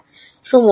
হ্যাঁ সমস্তই